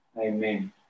Amen